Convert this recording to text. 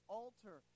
altar